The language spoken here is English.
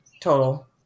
total